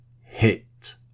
hit